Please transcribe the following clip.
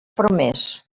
promés